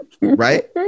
Right